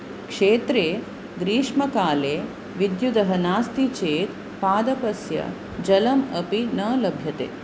क्षेत्रे ग्रीष्मकाले विद्युदः नास्ति चेत् पादपस्य जलम् अपि न लभ्यते